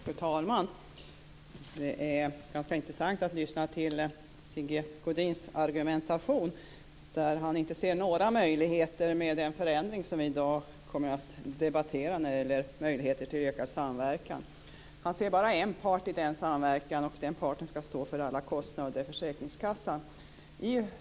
Fru talman! Det är ganska intressant att lyssna till Sigge Godins argumentation. Han ser inte några möjligheter med den förändring som gäller möjligheter till ökad samverkan som vi i dag kommer att debattera. Han ser bara en part i den samverkan, som skall stå för alla kostnader, nämligen försäkringskassan.